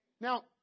Now